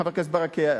חבר הכנסת ברכה,